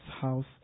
house